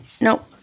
Nope